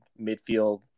midfield